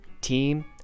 team